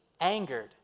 angered